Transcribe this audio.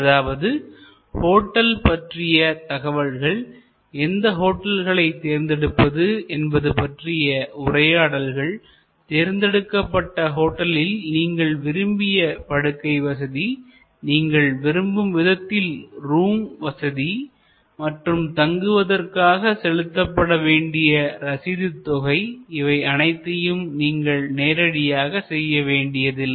அதாவது ஹோட்டல் பற்றிய தகவல்கள் எந்த ஹோட்டல்களை தேர்ந்தெடுப்பது என்பது பற்றிய உரையாடல்கள் தேர்ந்தெடுக்கப்பட்ட ஹோட்டல்களில் நீங்கள் விரும்பிய படுக்கை வசதி நீங்கள் விரும்பும் விதத்தில் ரூம் வசதி மற்றும் தங்குவதற்காக செலுத்தப்பட வேண்டிய ரசீது தொகை இவை அனைத்தையும் நீங்கள் நேரடியாக செய்ய வேண்டியதில்லை